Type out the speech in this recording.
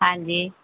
ਹਾਂਜੀ